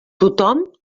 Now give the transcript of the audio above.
tothom